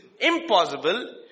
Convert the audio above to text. impossible